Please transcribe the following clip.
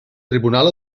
tribunal